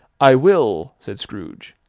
i will, said scrooge.